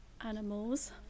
animals